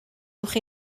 uwch